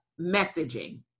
messaging